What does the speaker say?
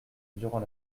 durant